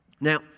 Now